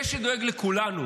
זה שדואג לכולנו.